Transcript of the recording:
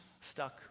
stuck